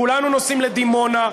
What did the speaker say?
כולנו נוסעים לדימונה,